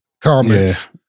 comments